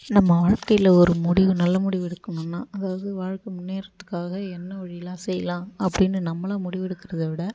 நம்ம வாழ்க்கையில் ஒரு முடிவு நல்ல முடிவு எடுக்கணுன்னா அதாவது வாழ்க்கை முன்னேறத்துக்காக என்ன வழி எல்லாம் செய்யலாம் அப்படின்னு நம்மளாக முடிவெடுக்கறதை விட